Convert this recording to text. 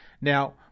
Now